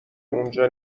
اونجا